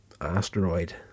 asteroid